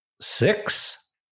six